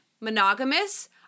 monogamous